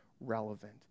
relevant